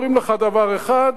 אומרים לך דבר אחד,